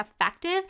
effective